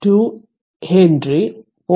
2 Henry 0